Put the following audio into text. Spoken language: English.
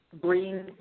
green